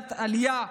מדינת עלייה,